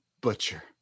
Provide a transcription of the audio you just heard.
Butcher